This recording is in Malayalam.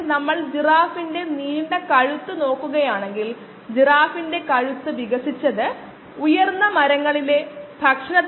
മടങ്ങ് കുറയ്ക്കുന്നതിന് xv0 xv 10 നു തുല്യ മാവുന്ന xv ആയി മാറ്റിയാൽ മതി